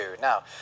Now